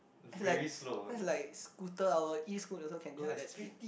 and like that's like scooter hour Escoot also can go at that speed